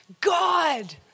God